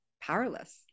powerless